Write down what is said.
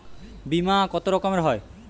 বিমা কত রকমের হয়?